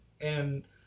and-